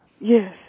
Yes